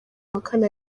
ahakane